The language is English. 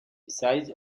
besides